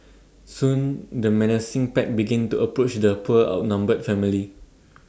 soon the menacing pack begin to approach the poor outnumbered family